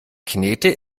knete